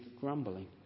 grumbling